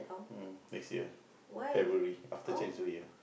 mm next year February after Chinese-New-Year